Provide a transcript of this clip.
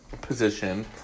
position